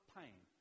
pain